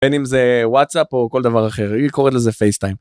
בין אם זה וואטסאפ או כל דבר אחר, היא קוראת לזה פייסטיים.